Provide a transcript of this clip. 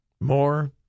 More